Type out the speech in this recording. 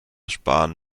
sparen